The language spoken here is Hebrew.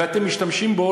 ואתם משתמשים בו,